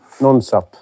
Non-SAP